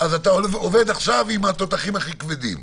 אז אתה עובד עכשיו עם התותחים הכי כבדים.